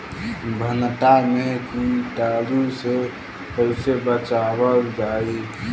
भनटा मे कीटाणु से कईसे बचावल जाई?